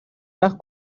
وقت